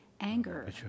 anger